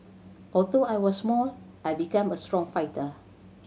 although I was small I became a strong fighter